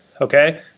okay